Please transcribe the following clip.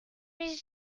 mes